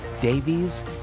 Davies